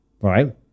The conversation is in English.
right